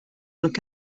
look